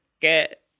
get